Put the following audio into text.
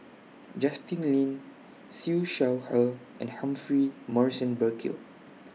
Justin Lean Siew Shaw Her and Humphrey Morrison Burkill